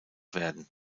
werden